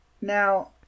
Now